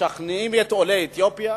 משכנעים את עולי אתיופיה,